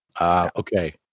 Okay